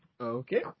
Okay